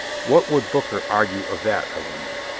what would booker argue of that, i wonder?